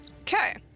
Okay